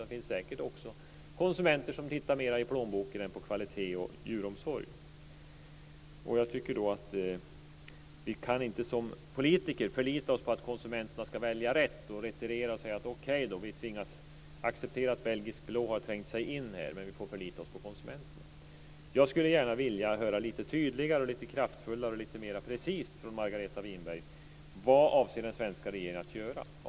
Det finns säkert också konsumenter som tittar mer i plånboken än på kvalitet och djuromsorg. Jag tycker att vi som politiker inte kan förlita oss på att konsumenterna skall välja rätt, och retirera och säga: Okej då, vi tvingas att acceptera att belgisk blå har trängt sig in, men vi får förlita oss på konsumenterna. Jag skulle gärna vilja höra lite tydligare, kraftfullare och lite mer precist från Margareta Winberg: Vad avser den svenska regeringen att göra?